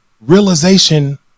realization